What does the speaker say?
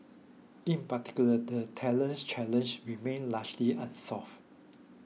in particular the talent challenge remain largely unsolved